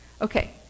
Okay